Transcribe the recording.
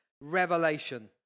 revelation